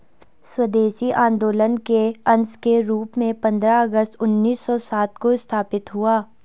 स्वदेशी आंदोलन के अंश के रूप में पंद्रह अगस्त उन्नीस सौ सात को स्थापित हुआ